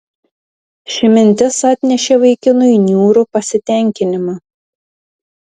ši mintis atnešė vaikinui niūrų pasitenkinimą